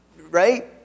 Right